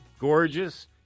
Gorgeous